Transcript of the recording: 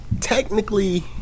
technically